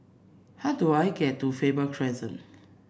how do I get to Faber Crescent